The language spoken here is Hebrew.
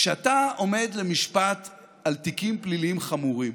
כשאתה עומד למשפט על תיקים פליליים חמורים,